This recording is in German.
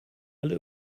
alle